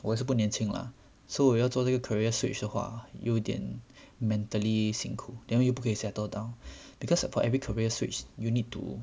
我是不年轻 lah so 我要做这个 career switch 的话有点 mentally 辛苦 then 又不可以 settle down because for every career switch you need to